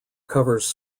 covers